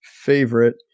favorite